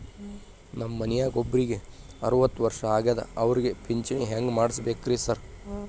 ನಮ್ ಮನ್ಯಾಗ ಒಬ್ರಿಗೆ ಅರವತ್ತ ವರ್ಷ ಆಗ್ಯಾದ ಅವ್ರಿಗೆ ಪಿಂಚಿಣಿ ಹೆಂಗ್ ಮಾಡ್ಸಬೇಕ್ರಿ ಸಾರ್?